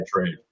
trade